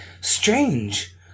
strange